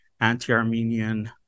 anti-Armenian